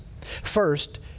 First